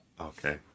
okay